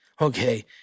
okay